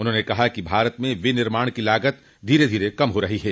उन्होंने कहा कि भारत में विनिर्माण की लागत धीरे धीरे कम हो रही है